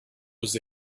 was